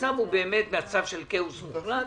המצב הוא באמת של כאוס מוחלט.